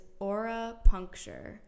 AuraPuncture